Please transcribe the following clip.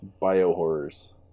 bio-horrors